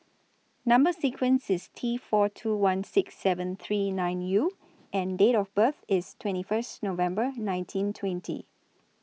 Number sequence IS T four two one six seven three nine U and Date of birth IS twenty First November nineteen twenty